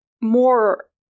more